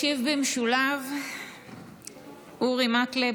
ישיב במשולב אורי מקלב,